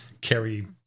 carry